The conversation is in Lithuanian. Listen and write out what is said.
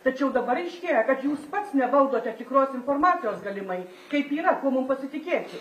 tačiau dabar aiškėja kad jūs pats nevaldote tikros informacijos galimai kaip yra kuo mum pasitikėti